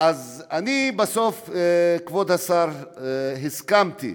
אז אני בסוף, כבוד השר, הסכמתי